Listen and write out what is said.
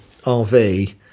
RV